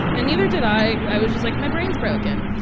and neither did i. i was just like, my brain's broken.